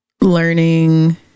learning